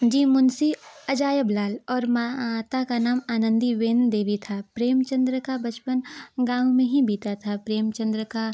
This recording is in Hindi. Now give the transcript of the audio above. जी मुंशी अजायब लाल और माता का नाम आनंदीबेन देवी था प्रेमचन्द्र का बचपन गाँव में ही बीता था प्रेमचन्द्र का